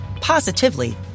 positively